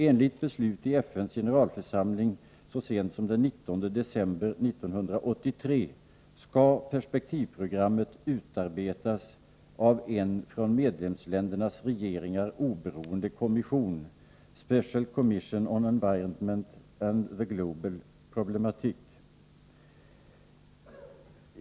Enligt beslut i FN:s generalförsamling så sent som den 19 december 1983 skall perspektivprogrammet utarbetas av en från medlemsländernas regeringar oberoende kommission, Special Commission on Environment and the Global Problematique.